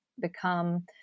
become